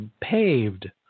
paved